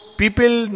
people